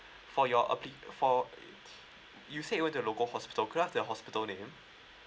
for your appli~ for you say you went to local hospital can i have the hospital name